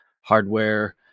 hardware